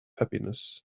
happiness